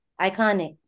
Iconic